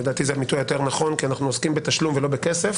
לדעתי זה ביטוי יותר נכון כי אנחנו עוסקים בתשלום ולא בכסף,